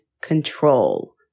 control